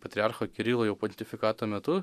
patriarcho kirilo jau pontifikato metu